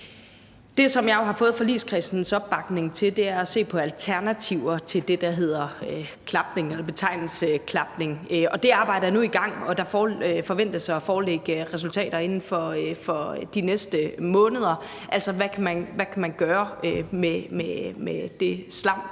Det, som jeg jo har fået forligskredsens opbakning til, er at se på alternativer til det, der betegnes klapning. Det arbejde er nu i gang, og der forventes at foreligge resultater inden for de næste måneder. Altså: Hvad kan man gøre med det slam,